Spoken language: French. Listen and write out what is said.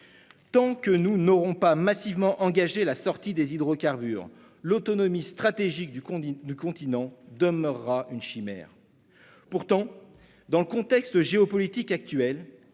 Tant que nous ne nous serons pas engagés massivement pour sortir des hydrocarbures, l'autonomie stratégique du continent demeurera une chimère. Pourtant, dans le contexte géopolitique actuel,